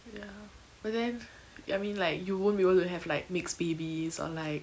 ya but then I mean like you won't be able to have like mixed babies or like